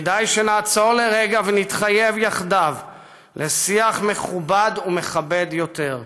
כדאי שנעצור לרגע ונתחייב יחדיו לשיח מכובד ומכבד יותר,